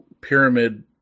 pyramid